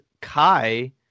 Kai